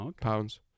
pounds